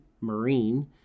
marine